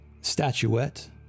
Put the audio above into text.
statuette